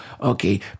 Okay